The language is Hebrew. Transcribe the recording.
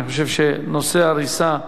אני חושב שנושא הריסה,